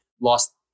lost